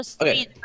Okay